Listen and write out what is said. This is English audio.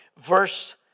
Verse